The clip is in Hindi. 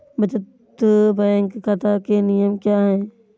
बचत बैंक खाता के नियम क्या हैं?